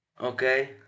Okay